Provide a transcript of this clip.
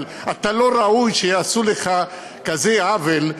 אבל אתה לא ראוי שיעשו לך כזה עוול.